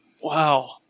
Wow